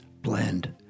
blend